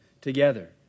together